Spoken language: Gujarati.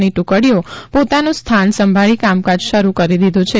ની ટુકડીઓ પોતાનુ સ્થાન સંભાળી કામકાજ શરૂ કરી દીધુ છે